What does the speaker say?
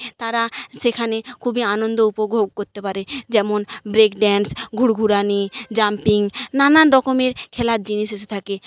তারা সেখানে খুবই আনন্দ উপগোগ করতে পারে যেমন ব্রেক ড্যান্স ঘুরঘুরানি জাম্পিং নানান রকমের খেলার জিনিস এসে থাকে